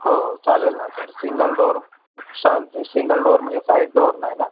हो हो चालेल ना सर सिंगल डोअर शाल सिंगल डोअर म्हणजे साईड डोअर नाही ना